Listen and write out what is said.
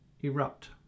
erupt